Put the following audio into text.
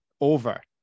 Over